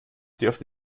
dürfte